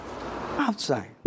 Outside